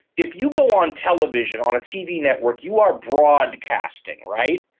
if you go on television on a tv network, you are broadcasting, right?